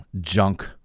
junk